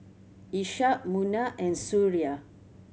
Ishak Munah and Suria